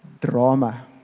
drama